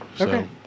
Okay